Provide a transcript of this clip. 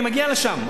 אני מגיע לשם.